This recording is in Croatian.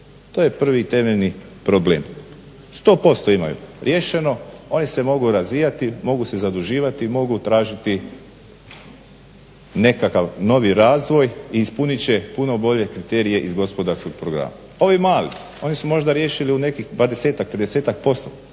To je prvi temeljni problem. 100% imaju riješeno. Oni se mogu razvijati, mogu se zaduživati, mogu tražiti nekakav novi razvoj i ispunit će puno bolje kriterije iz gospodarskog programa. Ovi mali oni su možda riješili u nekih